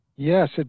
Yes